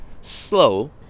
slow